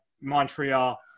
Montreal